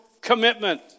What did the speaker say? commitment